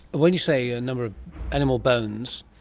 when you say a number of animal bones,